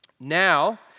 Now